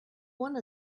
one